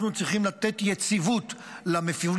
אנחנו צריכים לתת יציבות למפונים,